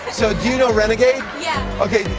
so do you know renegade? yeah. okay,